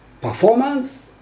performance